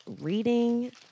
reading